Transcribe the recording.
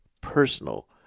personal